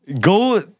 go